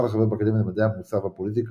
לחבר באקדמיה למדעי המוסר והפוליטיקה.